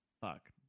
fuck